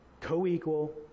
co-equal